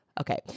Okay